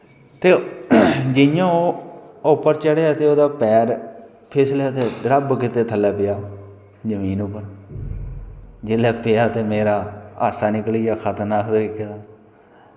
ते जियां ओह् ओह् उप्पर चढ़ेआ ते ओह्दा पैर फिसलेआ ते दड़ब्ब कीते थल्लै पेआ जमीन उप्पर जेल्लै पेआ ते मेरा हास्सा निकली गेआ खतरनाक तरीके दा